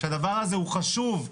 שהדבר הזה הוא חשוב,